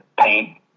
paint